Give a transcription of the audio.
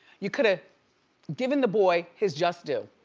you coulda given the boy his just due,